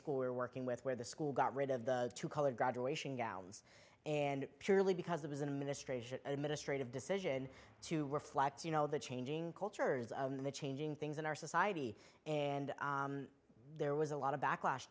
school we're working with where the school got rid of the two colored graduation gowns and purely because it was a ministration administrative decision to reflect you know the changing cultures and the changing things in our society and there was a lot of backlash